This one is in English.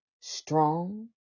strong